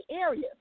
area